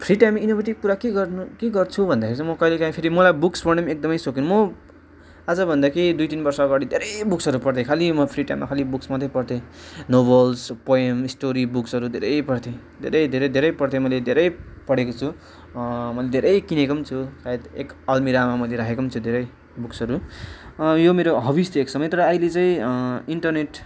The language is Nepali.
फ्री टाइम इन्नोभेटिम कुरा के गर्नु के गर्छु भन्दाखेरि चाहिँ म कहिलेकहीँ फेरि मलाई बुक्स पढ्नु पनि एकदमै सोखिन म आज भन्दाखेरि दुई तिन वर्ष अगाडि धेरै बुक्सहरू पढ्थे खालि म फ्री टाइममा खालि बुक्सहरू मात्रै पढ्थे नोभल्स पोएम स्टोरी बुक्सहरू धेरै पढ्थेँ धेरै धेरै धेरै पढ्थेँ मैले धेरै पढेको छु मैले धेरै किनेको पनि छु सायद एक अलमिरामा मैले राखेको पनि छु धेरै बुक्सहरू यो मेरो हब्बिस् थियो एक समय तर अहिले चाहिँ इन्टरनेट